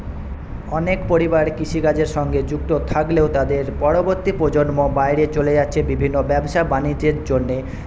অনেক পরিবার কৃষিকাজের সঙ্গে যুক্ত থাকলেও তাদের পরবর্তী প্রজন্ম বাইরে চলে যাচ্ছে বিভিন্ন ব্যবসা বাণিজ্যের জন্যে